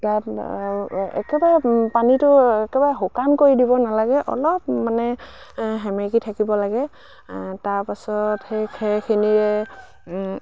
তাত একেবাৰে পানীটো একেবাৰে শুকান কৰি দিব নালাগে অলপ মানে সেমেকি থাকিব লাগে তাৰপাছত সেই খেৰখিনিৰে